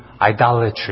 idolatry